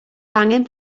angen